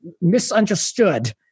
misunderstood